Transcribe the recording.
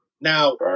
Now